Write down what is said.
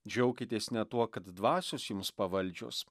džiaukitės ne tuo kad dvasios jums pavaldžios